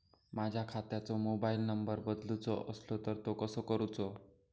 माझ्या खात्याचो mobile number बदलुचो असलो तर तो कसो करूचो?